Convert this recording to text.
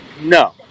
no